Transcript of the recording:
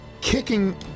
kicking